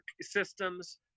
systems